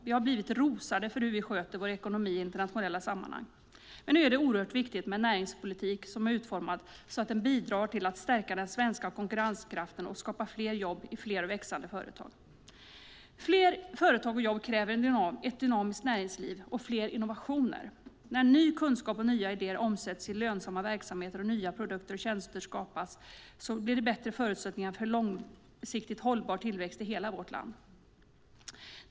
Vi har blivit rosade för hur vi sköter vår ekonomi i internationella sammanhang. Men nu är det oerhört viktigt med en näringspolitik som är utformad så att den bidrar till att stärka den svenska konkurrenskraften och skapa fler jobb i fler och växande företag. Fler företag och jobb kräver ett dynamiskt näringsliv och fler innovationer. När ny kunskap och nya idéer omsätts i lönsamma verksamheter och nya produkter och tjänster skapas bättre förutsättningar för en långsiktigt hållbar tillväxt i hela vårt land.